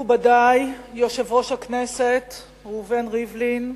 מכובדי יושב-ראש הכנסת ראובן ריבלין,